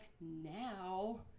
now